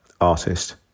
artist